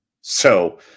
so-